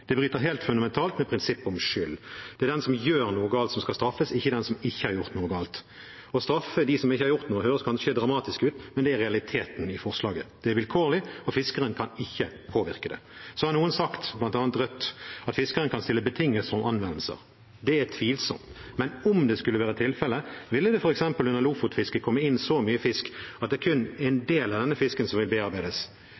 Det bryter helt fundamentalt med prinsippet om skyld. Det er den som gjør noe galt, som skal straffes, ikke den som ikke har gjort noe galt. Å straffe dem som ikke har gjort noe, høres kanskje dramatisk ut, men det er realiteten i forslaget. Det er vilkårlig, og fiskeren kan ikke påvirke det. Så har noen sagt, bl.a. Rødt, at fiskeren kan stille betingelser om anvendelse. Det er tvilsomt, men om det skulle være tilfellet, ville det f.eks. under lofotfisket komme inn så mye fisk at det kun er en